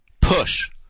push